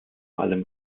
allem